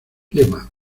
lema